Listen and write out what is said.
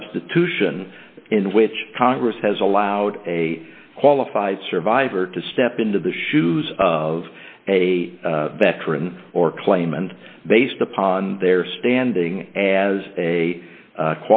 substitution in which congress has allowed a qualified survivor to step into the shoes of a veteran or claim and based upon their standing as a